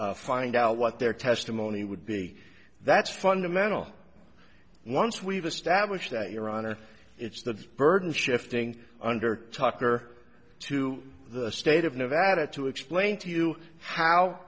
find out what their testimony would be that's fundamental once we've established that your honor it's the burden shifting under tucker to the state of nevada to explain to you how